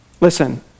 listen